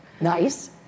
Nice